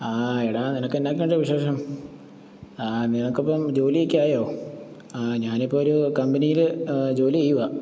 ആ എടാ നിനക്ക് എന്നതൊക്കെയുണ്ട് വിശേഷം ആ നിനക്കിപ്പം ജോലി ഒക്കെ ആയോ ആ ഞാനിപ്പം ഒരു കമ്പനിയിൽ ജോലി ചെയ്യുകയാണ്